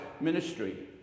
ministry